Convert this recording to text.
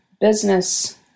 business